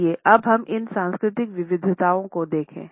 आइए हम इन सांस्कृतिक विविधताओं को देखें